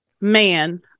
Man